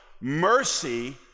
mercy